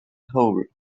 hole